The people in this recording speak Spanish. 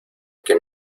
que